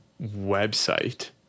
website